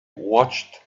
watched